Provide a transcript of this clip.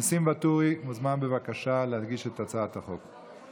ניסים ואטורי מוזמן, בבקשה, להגיש את הצעת החוק.